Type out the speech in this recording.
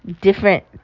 different